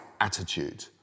attitude